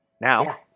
Now